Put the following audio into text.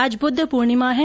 आज बुद्ध पूर्णिमा हैं